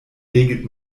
regelt